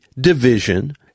division